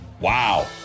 Wow